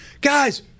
Guys